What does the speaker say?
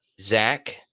Zach